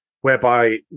whereby